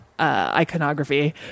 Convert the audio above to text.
iconography